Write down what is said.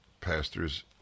pastors